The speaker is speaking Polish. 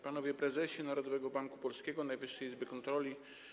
Panowie Prezesi Narodowego Banku Polskiego i Najwyższej Izby Kontroli!